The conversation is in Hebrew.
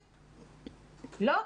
לא,